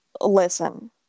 Listen